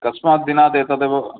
कस्मात् दिनात् एतदेव